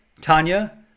Tanya